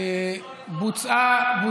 היא בוצעה, האמת שהיסטורית זה לא נכון.